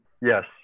yes